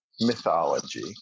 mythology